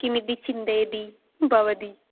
किमिति चिन्तयति भवती